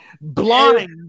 blind